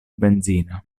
benzina